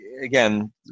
again